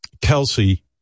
Kelsey